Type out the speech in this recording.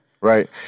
Right